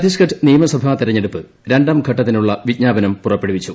ഛത്തീസ്ഖണ്ഡ് നിയമസഭാ തെരെഞ്ഞെടുപ്പ് രണ്ടാംഘട്ടത്തിനുളള വിജ്ഞാപനം പുറപ്പെടുവിച്ചു